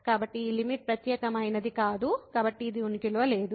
కాబట్టి ఈ లిమిట్ ప్రత్యేకమైనది కాదు కాబట్టి ఇది ఉనికిలో లేదు